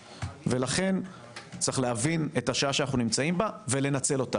לכן יש להבין את השעה שאנו נמצאים בה ולנצלה.